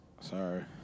Sorry